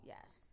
Yes